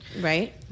Right